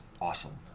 awesome